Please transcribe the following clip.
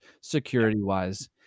security-wise